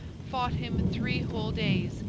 fought him three whole days,